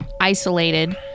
isolated